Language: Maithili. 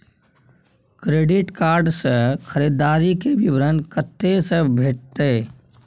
क्रेडिट कार्ड से खरीददारी के विवरण कत्ते से भेटतै?